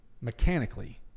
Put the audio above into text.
Mechanically